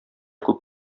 күп